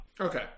Okay